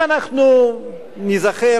אם אנחנו ניזכר,